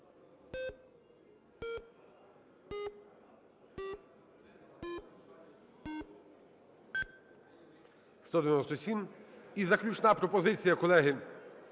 За-197 І заключна пропозиція, колеги,